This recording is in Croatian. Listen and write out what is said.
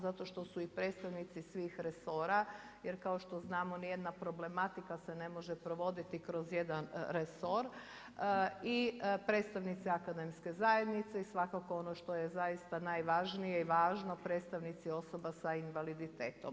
Zato što su i predstavnici svih resora jer kao što znamo nijedna problematika se ne može provoditi kroz jedan resor i predstavnici akademske zajednice i svakako ono što je zaista najvažnije i važno, predstavnici osoba sa invaliditetom.